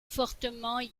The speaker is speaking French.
fortement